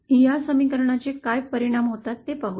या समीकरणचे काय परिणाम होतात ते पाहू या